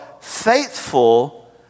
faithful